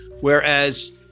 Whereas